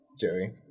Jerry